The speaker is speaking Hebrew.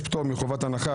לפטור מחובת הנחה,